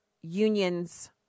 unions